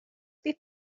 beef